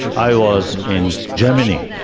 i was in germany.